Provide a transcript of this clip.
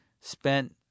spent